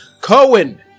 Cohen